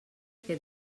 què